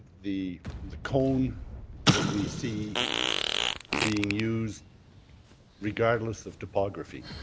the the cone that we see being used regardless of top ah grave. you